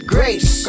Grace